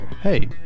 Hey